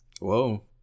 Whoa